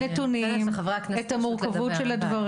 אני נותנת לחברי הכנסת פשוט לדבר.